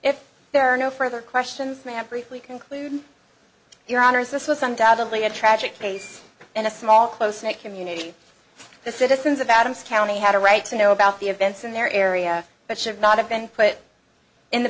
if there are no further questions may have briefly concluded your honour's this was undoubtedly a tragic case and a small close knit community the citizens of adams county had a right to know about the events in their area but should not have been put in the